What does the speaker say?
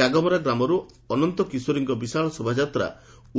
ଜାଗମରା ଗ୍ରାମରୁ ଅନନ୍ତ କିଶୋରୀଙ୍କ ବିଶାଳ ଶୋଭାଯାତ୍ରା